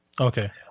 Okay